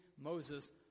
Moses